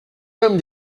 comme